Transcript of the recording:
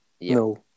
No